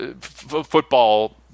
football